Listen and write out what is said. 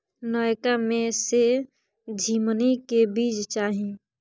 नयका में से झीमनी के बीज चाही?